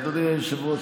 אדוני היושב-ראש,